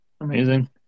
Amazing